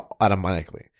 automatically